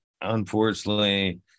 unfortunately